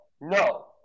No